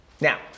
Now